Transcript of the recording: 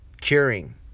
Curing